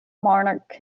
monarch